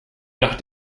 nach